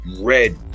red